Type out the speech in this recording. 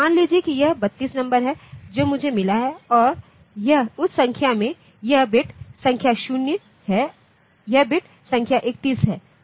मान लीजिए कि यह 32 नंबर है जो मुझे मिला है और उस संख्या में यह बिट संख्या 0 है यह बिट संख्या 31 है